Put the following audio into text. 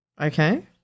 okay